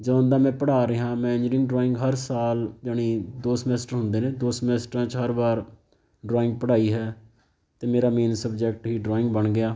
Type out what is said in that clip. ਜਦੋਂ ਦਾ ਮੈਂ ਪੜ੍ਹਾ ਰਿਹਾ ਮੈਂ ਇੰਜੀਨੀਅਰਿੰਗ ਡਰਾਇੰਗ ਹਰ ਸਾਲ ਜਾਣੀ ਦੋ ਸਮੈਸਟਰ ਹੁੰਦੇ ਨੇ ਦੋ ਸਮੈਸਟਰਾਂ 'ਚ ਹਰ ਵਾਰ ਡਰਾਇੰਗ ਪੜ੍ਹਾਈ ਹੈ ਅਤੇ ਮੇਰਾ ਮੇਨ ਸਬਜੈਕਟ ਹੀ ਡਰਾਇੰਗ ਬਣ ਗਿਆ